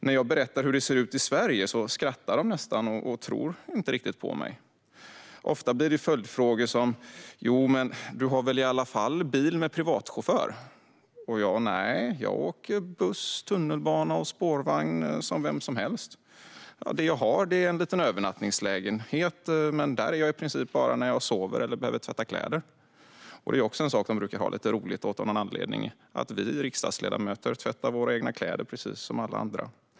När jag berättar hur det ser ut i Sverige skrattar de nästan och tror mig inte riktigt. Ofta får jag följdfrågan: Men du har väl i alla fall bil med privatchaufför? Nej, jag åker buss, tunnelbana och spårvagn som vem som helst. Det jag har är en liten övernattningslägenhet, men där är jag i princip bara när jag sover eller behöver tvätta mina kläder. Det brukar de också ha lite roligt åt av någon anledning - att vi riksdagsledamöter tvättar våra egna kläder precis som alla andra.